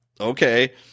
okay